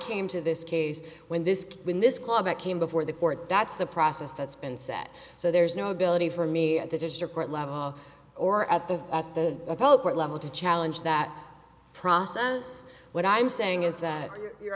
came to this case when this when this club it came before the court that's the process that's been set so there's no ability for me at the district court level or at the at the appellate court level to challenge that process what i'm saying is that you're